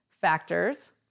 factors